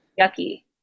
yucky